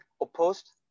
opposed